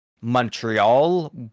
montreal